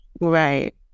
Right